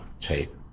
Tape